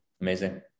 Amazing